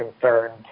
concerned